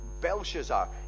Belshazzar